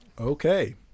Okay